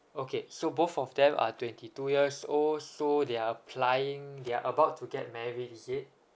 okay so both of them are twenty two years old so they're applying they're about to get married is it